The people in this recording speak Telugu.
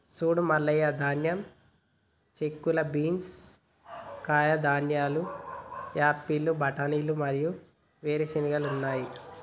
సూడు మల్లయ్య ధాన్యం, చిక్కుళ్ళు బీన్స్, కాయధాన్యాలు, లూపిన్లు, బఠానీలు మరియు వేరు చెనిగెలు ఉన్నాయి